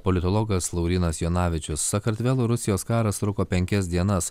politologas laurynas jonavičius sakartvelo rusijos karas truko penkias dienas